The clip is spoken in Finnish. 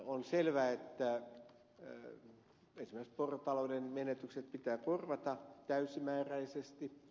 on selvää että esimerkiksi porotalouden menetykset pitää korvata täysimääräisesti